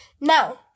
Now